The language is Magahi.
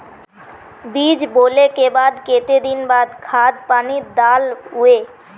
बीज बोले के बाद केते दिन बाद खाद पानी दाल वे?